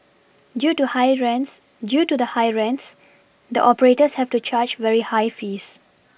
due to high rents due to the high rents the operators have to charge very high fees